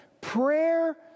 prayer